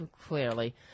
clearly